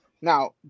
Now